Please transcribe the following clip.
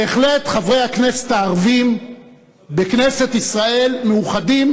בהחלט חברי הכנסת הערבים בכנסת ישראל מאוחדים